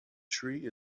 tree